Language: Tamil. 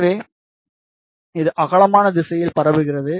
எனவே இது அகலமான திசையில் பரவுகிறது